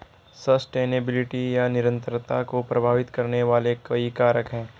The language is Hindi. सस्टेनेबिलिटी या निरंतरता को प्रभावित करने वाले कई कारक हैं